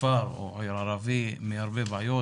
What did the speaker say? כפר או עיר ערבית מהרבה בעיות,